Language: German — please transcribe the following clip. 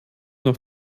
noch